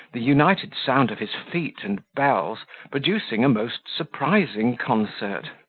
the united sound of his feet and bells producing a most surprising concert.